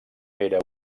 era